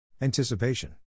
Anticipation